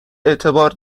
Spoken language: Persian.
اعتبار